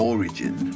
Origin